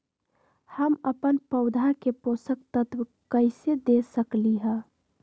हम अपन पौधा के पोषक तत्व कैसे दे सकली ह?